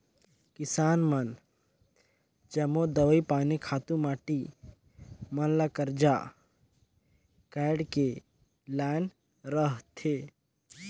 किसान मन जम्मो दवई पानी, खातू माटी मन ल करजा काएढ़ के लाएन रहथें